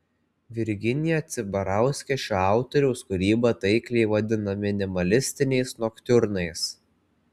virginija cibarauskė šio autoriaus kūrybą taikliai vadina minimalistiniais noktiurnais